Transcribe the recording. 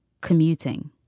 Commuting